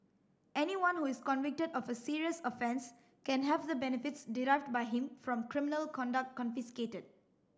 anyone who is convicted of a serious offence can have the benefits derived by him from criminal conduct confiscated